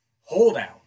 holdout